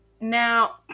Now